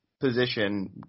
position